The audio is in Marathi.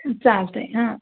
चालते हां